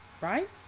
Right